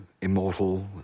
immortal